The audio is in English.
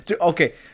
Okay